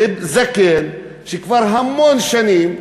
לזקן שכבר המון שנים,